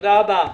תודה רבה,